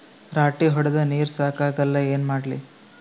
ರಾಟಿ ಹೊಡದ ನೀರ ಸಾಕಾಗಲ್ಲ ಏನ ಮಾಡ್ಲಿ?